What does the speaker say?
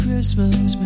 Christmas